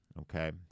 Okay